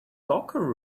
locker